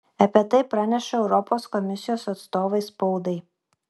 apie tai praneša europos komisijos atstovai spaudai